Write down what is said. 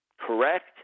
correct